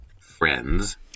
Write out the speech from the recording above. friends